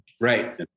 Right